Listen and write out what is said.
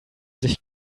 sich